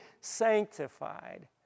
sanctified